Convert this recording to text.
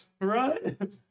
Right